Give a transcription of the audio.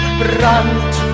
brand